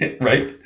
right